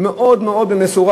מאוד מאוד במשורה.